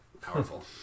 Powerful